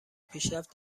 پیشرفت